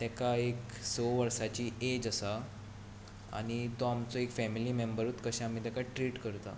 ताका एक स वर्सांची एज आसा आनी तो आमचो एक फॅमिली मॅम्बर कसो आमी ताका ट्रीट करतात